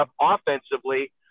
offensively